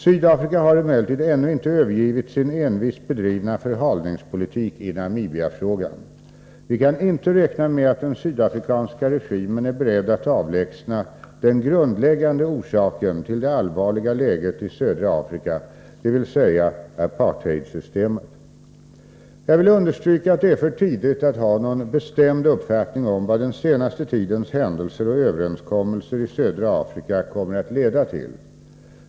Sydafrika har emellertid ännu inte övergivit sin envist bedrivna förhalningspolitik i Namibiafrågan. Vi kan inte räkna med att den sydafrikanska regimen är beredd att avlägsna den grundläggande orsaken till det allvarliga läget i södra Afrika dvs. apartheidsystemet.” Jag vill understryka att det är för tidigt att ha någon bestämd uppfattning om vad den senaste tidens händelser och överenskommelser i södra Afrika kommer att leda till.